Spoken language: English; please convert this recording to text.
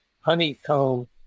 honeycomb